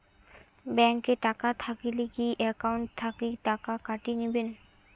Bank এ টাকা থাকিলে কি একাউন্ট থাকি টাকা কাটি নিবেন?